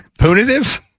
punitive